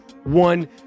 One